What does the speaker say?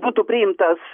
būtų priimtas